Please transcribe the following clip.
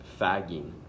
fagging